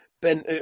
Ben